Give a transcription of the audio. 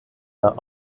der